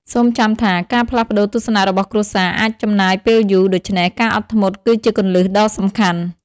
សូមចាំថា ការផ្លាស់ប្តូរទស្សនៈរបស់គ្រួសារអាចចំណាយពេលយូរ ដូច្នេះការអត់ធ្មត់គឺជាគន្លឹះដ៏សំខាន់។